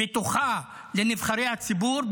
בטוחה לנבחרי הציבור,